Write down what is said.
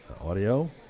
audio